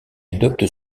adopte